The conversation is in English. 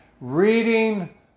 reading